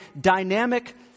dynamic